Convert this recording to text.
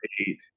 eight